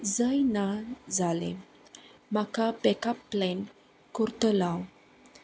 जायना जालें म्हाका बॅकअप प्लेन करतलो हांव